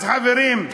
אז, חברים,